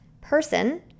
person